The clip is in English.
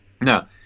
now